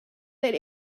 that